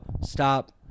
stop